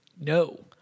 no